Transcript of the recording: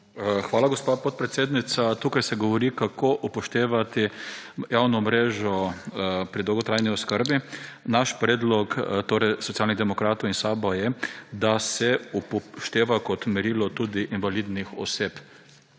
Hvala, gospa podpredsednica. Tukaj se govori, kako upoštevati javno mrežo pri dolgotrajni oskrbi. Naš predlog, torej Socialnih demokratov in SAB-a, je, da se upošteva kot merilo tudi invalidnih oseb.